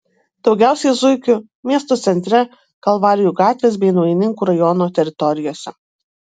daugiausiai zuikių miesto centre kalvarijų gatvės bei naujininkų rajono teritorijose